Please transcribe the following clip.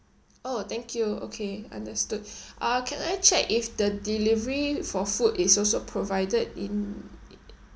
oh thank you okay understood uh can I check if the delivery for food is also provided in